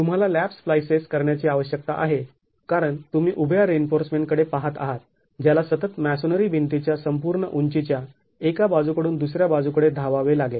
तुम्हाला lap splices करण्याची आवश्यकता आहे कारण तुम्ही उभ्या रिइन्फोर्समेंट कडे पहात आहात ज्याला सतत मॅसोनेरी भिंतीच्या संपूर्ण उंचीच्या एका बाजूकडून दुसऱ्या बाजूकडे धावावे लागेल